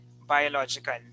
biological